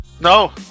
No